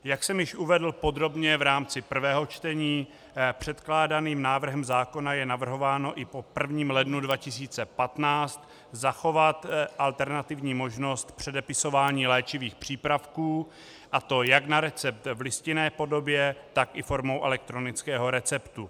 Jak jsem již uvedl podrobně v rámci prvého čtení, předkládaným návrhem zákona je navrhováno i po 1. lednu 2015 zachovat alternativní možnost předepisování léčivých přípravků, a to jak na recept v listinné podobě, tak i formou elektronického receptu.